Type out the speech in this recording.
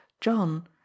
john